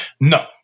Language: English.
No